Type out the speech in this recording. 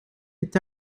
est